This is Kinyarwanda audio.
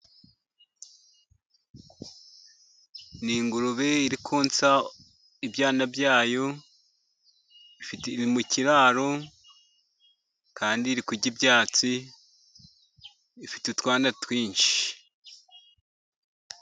Ni ingurube irikonsa ibyana byayo mu kiraro, kandi iri kurya ibyatsi ifite utwanda twinshi.